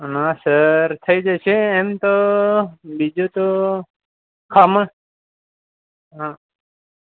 હા સર થઈ જશે એમ તો બીજું તો ખમણ